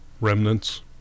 Remnants